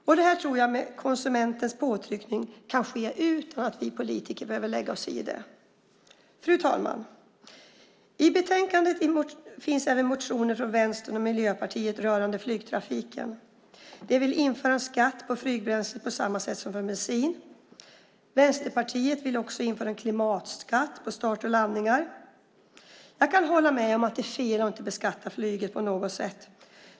Jag tror att detta kan ske med konsumenternas påtryckning utan att vi politiker behöver lägga oss i det. Fru talman! I betänkandet finns även motioner från Vänstern och Miljöpartiet rörande flygtrafiken. De vill införa skatt på flygbränsle på samma sätt som på bensin. Vänsterpartiet vill också införa en klimatskatt på start och landningar. Jag kan hålla med om att det är fel att inte beskatta flyget på något sätt.